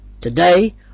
Today